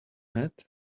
net